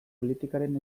politikaren